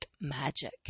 magic